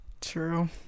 True